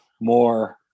more